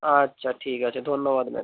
আচ্ছা ঠিক আছে ধন্যবাদ ম্যাম